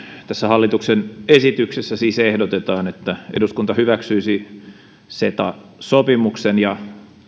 tässä hallituksen esityksessä siis ehdotetaan että eduskunta hyväksyisi ceta sopimuksen ja